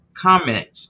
Comments